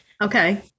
Okay